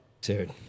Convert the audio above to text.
dude